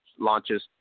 launches